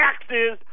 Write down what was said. taxes